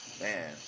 Man